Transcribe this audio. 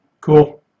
Cool